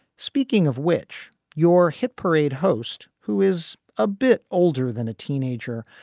speaking of which, your hit parade host, who is a bit older than a teenager,